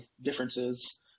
differences